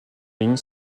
ligne